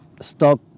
stock